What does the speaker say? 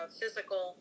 physical